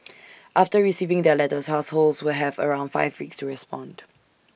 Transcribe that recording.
after receiving their letters households will have around five weeks to respond